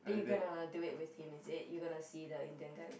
then you gonna do it with him is it you gonna see the Indian guy